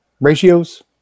Ratios